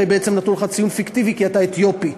הרי בעצם נתנו לך ציון פיקטיבי כי אתה אתיופי.